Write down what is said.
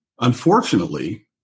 unfortunately